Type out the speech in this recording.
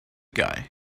guy